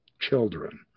children